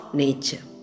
nature